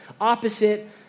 opposite